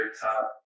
top